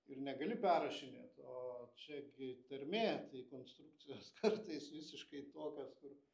ir negali perrašinėt o čia gi tarmė tai konstrukcijos kartais visiškai tokios kur